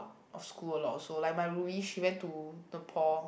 of school lor also like my roomie she went to Nepal